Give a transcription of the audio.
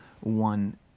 one